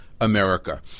America